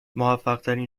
موفقترین